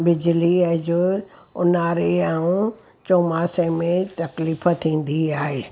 बिजलीअ जो ऊन्हारे ऐं चौमासे में तकलीफ़ थींदी आहे